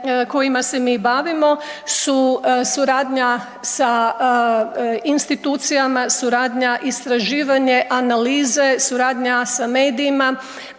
kojima se mi bavimo su suradnja sa institucijama, suradnja, istraživanje, analize, suradnja sa medijima,